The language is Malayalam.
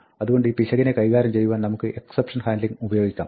അതുകൊണ്ട് ഈ പിശകിനെ കൈകാര്യം ചെയ്യുവാൻ നമുക്ക് എക്സപ്ഷൻ ഹാൻഡ്ലിംഗ് ഉപയോഗിക്കാം